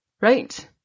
Right